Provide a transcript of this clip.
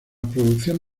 producción